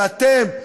שאתם,